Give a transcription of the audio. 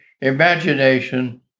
imagination